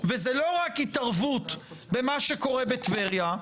וזו לא רק התערבות במה שקורה בטבריה,